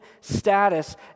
status